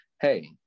Hey